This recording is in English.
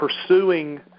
pursuing